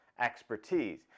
expertise